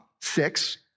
six